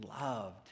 loved